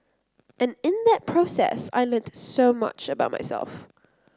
and in that process I learnt so much about myself